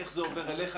איך זה עובר אליך?